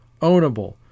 ownable